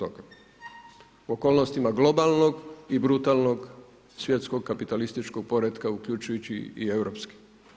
Okolnostima globalnog i brutalnog svjetskog kapitalističkog poretka, uključujući i europske.